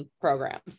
programs